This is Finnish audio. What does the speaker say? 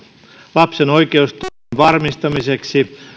lapsen oikeusturvan varmistamiseksi